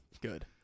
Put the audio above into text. good